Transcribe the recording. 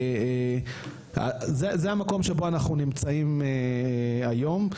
זה המקום שבו אנחנו נמצאים היום.